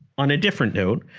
on a different note